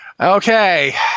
Okay